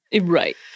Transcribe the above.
Right